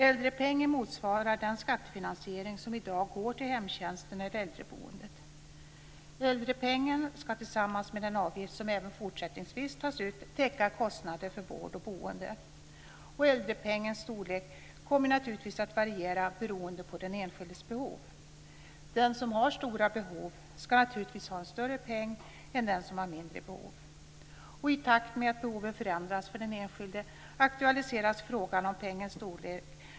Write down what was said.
Äldrepengen motsvarar den skattefinansiering som i dag går till hemtjänsten eller äldreboendet. Äldrepengen ska tillsammans med den avgift som även fortsättningsvis tas ut täcka kostnaderna för vård och boende. Äldrepengens storlek kommer naturligtvis att variera beroende på den enskildes behov. Den som har stora behov ska naturligtvis ha en större peng än den som har mindre behov, och i takt med att behoven förändras för den enskilde aktualiseras frågan om pengens storlek.